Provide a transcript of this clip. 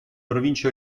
province